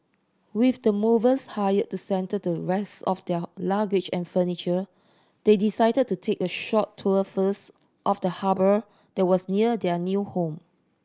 with the movers hired to settle the rest of their luggage and furniture they decided to take a short tour first of the harbour that was near their new home